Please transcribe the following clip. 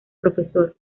profesor